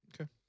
Okay